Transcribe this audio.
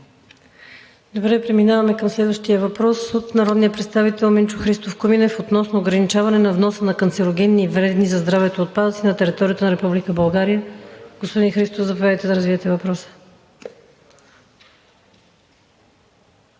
Преминаваме към следващия въпрос от народния представител Минчо Христов относно ограничаване на вноса на канцерогенни и вредни за здравето отпадъци на територията на Република България. Господин Христов, заповядайте, да развиете въпроса.